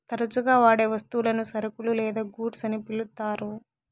తరచుగా వాడే వస్తువులను సరుకులు లేదా గూడ్స్ అని పిలుత్తారు